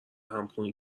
همخوانی